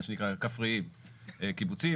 כפריים קיבוצים,